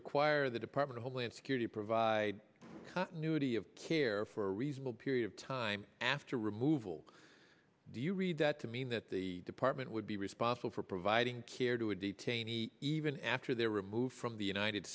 require the department homeland security provide continuity of care for a reasonable period of time after removal do you read that to mean that the department would be responsible for providing care to a detainee even after the removed from the united